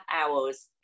hours